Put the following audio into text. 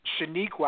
Shaniqua